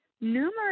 numerous